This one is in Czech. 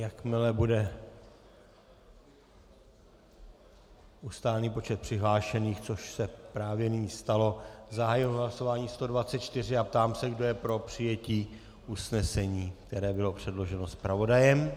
Jakmile bude ustálen počet přihlášených, což se právě nyní stalo, zahajuji hlasování číslo 124 a ptám se, kdo je pro přijetí usnesení, které bylo předloženo zpravodajem.